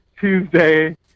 tuesday